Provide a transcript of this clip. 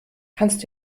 kannst